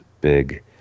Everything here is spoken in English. big